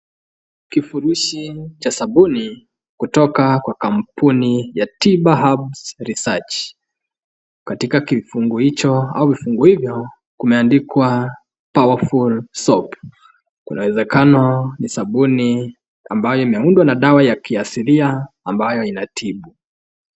Kifurushi cha sabuni kutoka kwa kampuni ya Tiba Herb Research, katika kifungo hicho au vifungo hivyo kumeandikwa Powerful Soap , kunawezekana ni sabuni ambayo imeundwa na dawa ya kiasilia ambayo inatibu.